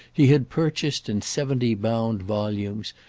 he had purchased in seventy bound volumes,